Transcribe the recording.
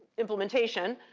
implementation,